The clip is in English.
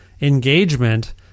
engagement